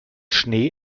schnee